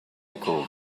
called